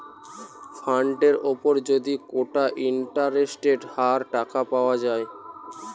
ফান্ডের উপর যদি কোটা ইন্টারেস্টের হার টাকা পাওয়া যায়